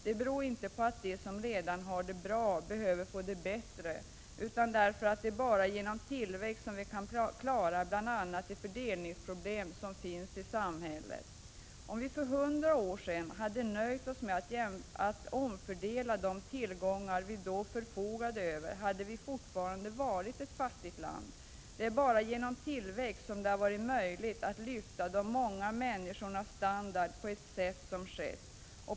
Det beror inte på att de som redan har det bra behöver få det bättre, utan på att det bara är genom tillväxt som vi kan klara bl.a. de fördelningsproblem som finns i samhället. Om vi för 100 år sedan hade nöjt oss med att omfördela de tillgångar vi då förfogade över, hade vi fortfarande varit ett fattigt land. Det är bara genom tillväxt som det har varit möjligt att lyfta de många människornas standard på det sätt som skett.